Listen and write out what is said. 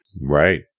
Right